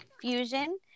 Fusion